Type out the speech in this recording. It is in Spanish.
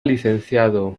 licenciado